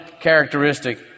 characteristic